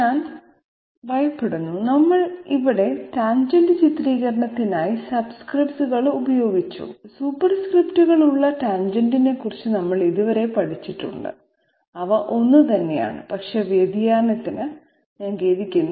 ഞാൻ ഭയപ്പെടുന്നു ഇവിടെ നമ്മൾ ടാൻജെന്റ് ചിത്രീകരണത്തിനായി സബ്സ്ക്രിപ്റ്റുകൾ ഉപയോഗിച്ചു സൂപ്പർസ്ക്രിപ്റ്റുകൾ ഉള്ള ടാൻജെന്റിനെക്കുറിച്ച് നമ്മൾ ഇതുവരെ പഠിച്ചിട്ടുണ്ട് അവ ഒന്നുതന്നെയാണ് പക്ഷേ വ്യതിയാനത്തിന് ഞാൻ ഖേദിക്കുന്നു